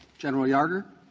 general yarger.